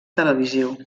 televisiu